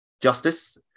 justice